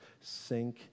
sink